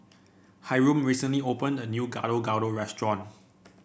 Hyrum recently opened a new Gado Gado restaurant